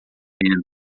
venda